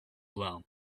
well